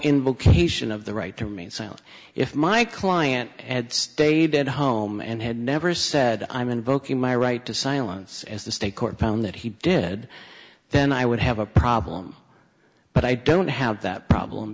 indication of the right to remain silent if my client had stayed at home and had never said i'm invoking my right to silence as the state court found that he did then i would have a problem but i don't have that problem